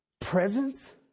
presence